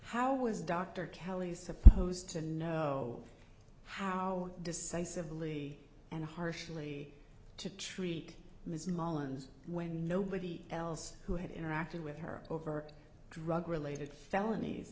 how was dr kelly's supposed to know how decisively and harshly to treat ms mullins when nobody else who had interacted with her over drug related felonies